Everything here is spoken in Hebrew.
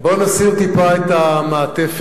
בוא נסיר טיפה את המעטפת.